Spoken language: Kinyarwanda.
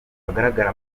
hagaragara